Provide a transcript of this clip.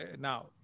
now